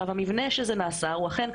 המבנה שבו זה נעשה הוא אכן,